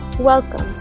Welcome